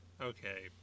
Okay